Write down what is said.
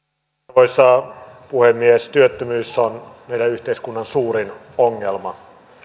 arvoisa puhemies työttömyys on meidän yhteiskunnan suurin ongelma me